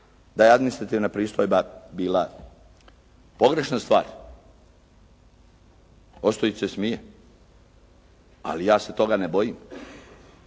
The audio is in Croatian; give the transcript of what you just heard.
da je administrativna pristojba bila pogrešna stvar. Ostojić se smije, ali ja se toga ne bojim,